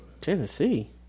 Tennessee